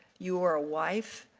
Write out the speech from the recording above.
you are a wife,